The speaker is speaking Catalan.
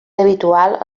habitual